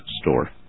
store